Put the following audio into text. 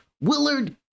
Willard